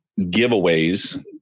giveaways